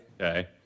Okay